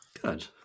good